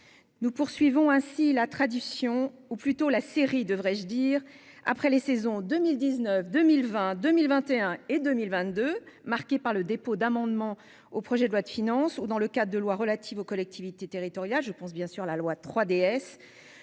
Nous poursuivons ainsi la tradition- la série, devrais-je plutôt dire -, après les saisons 2019, 2020, 2021 et 2022, marquées par le dépôt d'amendements à des projets de loi de finances ou dans le cadre de lois relatives aux collectivités territoriales, par exemple la loi